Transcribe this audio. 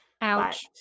Ouch